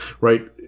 right